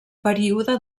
període